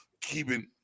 keeping